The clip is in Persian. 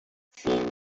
فیلم